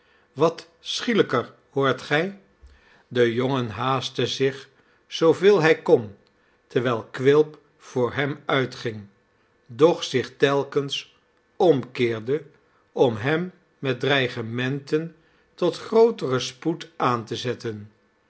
wat schielijker hoort gij de jongen haastte zich zooveel hij kon terwijl quilp voor hem uitging doch zich telkens omkeerde om hem met dreigementen tot grooteren spoed aan te zetten